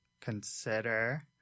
consider